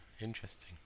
interesting